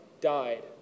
died